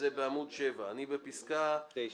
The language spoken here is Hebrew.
בפסקה (10).